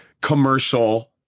commercial